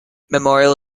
memorial